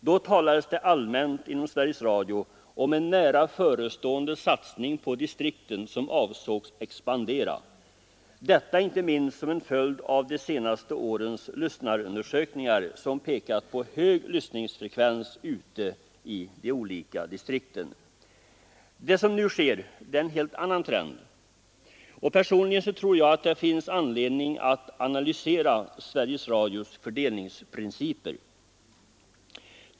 Det talades då allmänt inom Sveriges Radio om en nära förestående satsning på distrikten som avsågs expandera — detta inte minst som en följd av de senaste årens lyssnarundersökningar, som pekat på hög lyssningsfrekvens ute i de olika distrikten. Det som nu sker visar på en helt annan trend. Personligen tror jag att det finns anledning att analysera Sveriges Radios fördelningsprinciper.